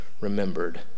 remembered